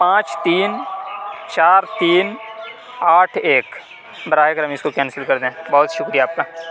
پانچ تین چار تین آٹھ ایک براہ کرم اس کو کینسل کر دیں بہت شکریہ آپ کا